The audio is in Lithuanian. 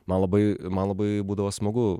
man labai man labai būdavo smagu